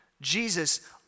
Jesus